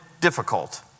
difficult